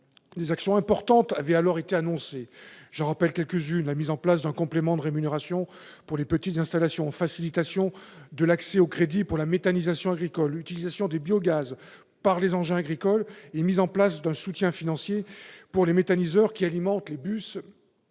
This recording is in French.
Des actions importantes avaient alors été annoncées. J'en rappelle quelques-unes : la mise en place d'un complément de rémunération pour les petites installations ; la facilitation de l'accès au crédit pour la méthanisation agricole ; l'utilisation des biogaz par les engins agricoles ; ou encore la mise en place d'un soutien financier pour les méthaniseurs, qui alimentent les bus